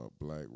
Black